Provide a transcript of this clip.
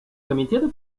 комитета